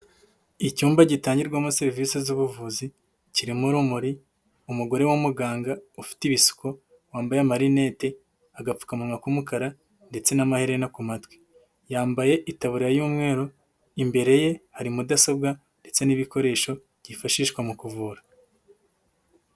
Icyumba gitangirwamo serivisi z'ubuvuzi kirimo urumuri, umugore w’umuganga ufite ibisuko, wambaye amarinete, agapfukamunwa k'umukara ndetse n'amaherena ku matwi, yambaye itaburiya y'umweru, imbere ye hari mudasobwa ndetse n'ibikoresho byifashishwa mu kuvura.